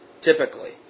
typically